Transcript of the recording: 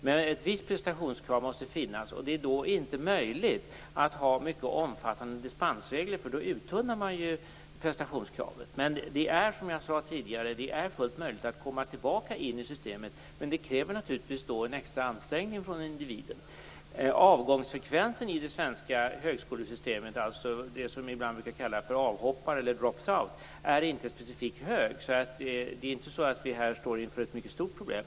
Men ett visst prestationskrav måste finnas, och det är därför inte möjligt att ha mycket omfattande dispensregler. Då uttunnar man ju prestationskravet. Som jag sade tidigare är det fullt möjligt att komma tillbaka in i systemet. Men det kräver naturligtvis en extra ansträngning från individen. Avgångsfrekvensen i det svenska högskolesystemet - det gäller dem som vi ibland brukar kalla för avhoppare eller drop outs - är inte specifikt hög. Vi står alltså inte inför något mycket stort problem.